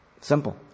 Simple